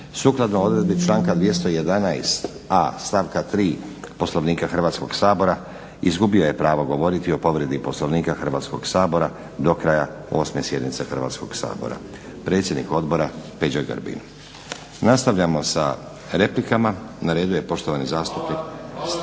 sukladno odredbi članka 211.a stavka 3 poslovnika Hrvatskog sabora izgubio je pravo govoriti o povredi poslovnika Hrvatskog sabora do kraja osme sjednice Hrvatskog sabora. Predsjednik Odbora Peđa Grbin. Nastavljamo sa replikama, na redu je poštovani zastupnik